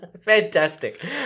Fantastic